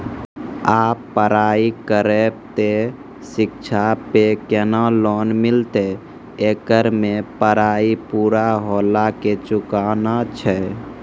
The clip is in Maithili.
आप पराई करेव ते शिक्षा पे केना लोन मिलते येकर मे पराई पुरा होला के चुकाना छै?